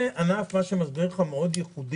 זה ענף מאוד ייחודי,